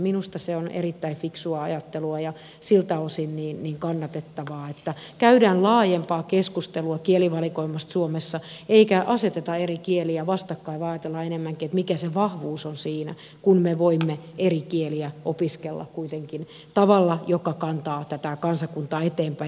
minusta se on erittäin fiksua ajattelua ja siltä osin kannatettavaa että käydään laajempaa keskustelua kielivalikoimasta suomessa eikä aseteta eri kieliä vastakkain vaan ajatellaan enemmänkin mikä vahvuus on siinä että me voimme eri kieliä opiskella kuitenkin tavalla joka kantaa tätä kansakuntaa eteenpäin